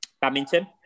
badminton